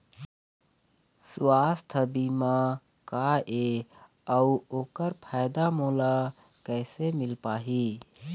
सुवास्थ बीमा का ए अउ ओकर फायदा मोला कैसे मिल पाही?